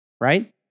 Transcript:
right